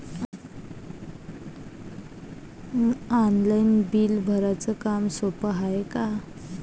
Online bill भराच काम सोपं हाय का?